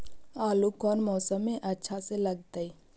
आलू कौन मौसम में अच्छा से लगतैई?